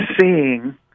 seeing